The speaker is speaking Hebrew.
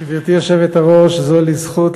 יושב-ראש ועדת הכנסת,